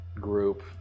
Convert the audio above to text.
group